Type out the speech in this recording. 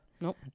Nope